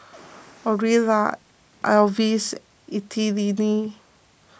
Orilla Alvis Ethelene